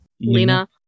Lena